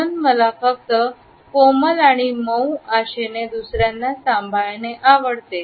म्हणून मला फक्त कोमल आणि महुआशेणे दुसऱ्यांना सांभाळणे आवडते